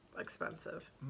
expensive